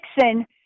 Nixon